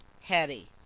Hetty